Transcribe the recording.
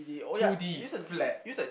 two D flat